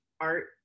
art